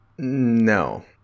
No